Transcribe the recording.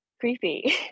creepy